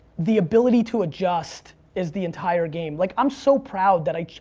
the ability to adjust is the entire game. like, i'm so proud that i